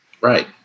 Right